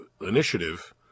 initiative